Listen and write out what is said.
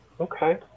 okay